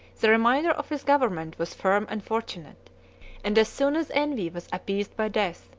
the remainder of his government was firm and fortunate and as soon as envy was appeased by death,